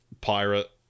pirate